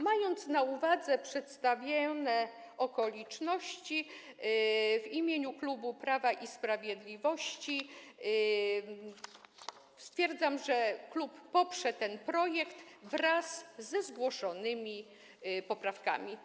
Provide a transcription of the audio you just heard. Mając na uwadze przedstawione okoliczności, w imieniu klubu Prawa i Sprawiedliwości stwierdzam, że klub poprze ten projekt wraz ze zgłoszonymi poprawkami.